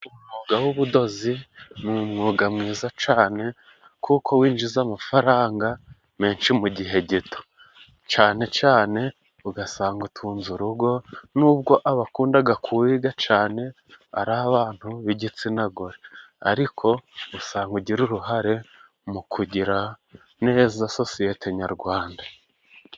Umwuga w'ubudozi ni umwuga mwiza cane kuko winjiza amafaranga menshi mu gihe gito, cane cane ugasanga utunze urugo n'ubwo abakundaga kuwiga cane ari abantu b'igitsina gore, ariko usanga ugira uruhare mu kugira neza sosiyete nyarwanda.